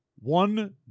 one